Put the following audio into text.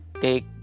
take